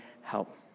help